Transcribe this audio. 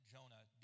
Jonah